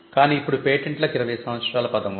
కాని ఇప్పుడు పేటెంట్లకు 20 సంవత్సరాల కాల పరిమితి ఉంది